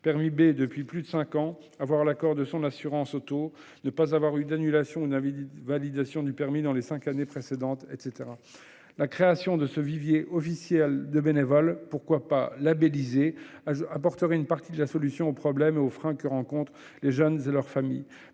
permis B depuis plus de cinq ans, accord de l'assurance automobile, absence d'annulation ou d'invalidation du permis dans les cinq années précédentes, etc. La création de ce vivier officiel de bénévoles, qui pourrait même être labélisé, serait une partie de la solution aux problèmes et aux freins que rencontrent ces jeunes et leurs familles.